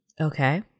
Okay